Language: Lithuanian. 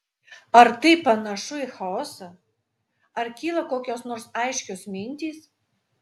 ar tai panašu į chaosą ar kyla kokios nors aiškios mintys